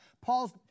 Paul's